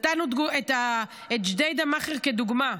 נתנו את ג'דיידה-מכר כדוגמה,